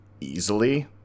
easily